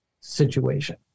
situation